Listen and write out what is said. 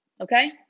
Okay